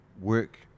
work